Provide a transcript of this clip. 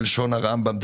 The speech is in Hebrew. בלשון הרמב"ם,